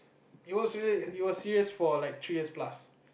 it was it was serious for like three years plus